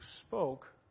spoke